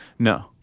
No